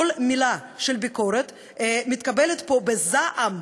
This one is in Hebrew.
כל מילה של ביקורת מתקבלת פה בזעם,